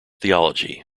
theology